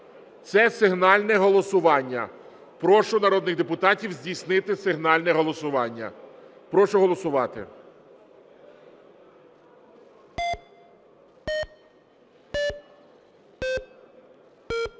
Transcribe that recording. Це сигнальне голосування. Прошу народних депутатів здійснити сигнальне голосування. Прошу голосувати.